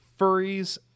furries